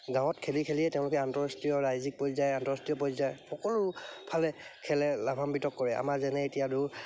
গাঁৱত খেলি খেলিয়ে তেওঁলোকে আন্তঃৰাষ্ট্ৰীয় ৰাজ্য়িক পৰ্যায় আন্তঃৰাষ্ট্ৰীয় পৰ্যায় সকলো ফালে খেলে লাভাম্বিত কৰে আমাৰ যেনে এতিয়া দূৰ